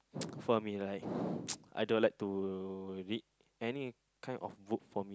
for me right I don't like to read any kind of book for me